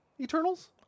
Eternals